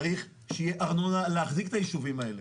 צריך שתהיה ארנונה להחזיק את הישובים האלה.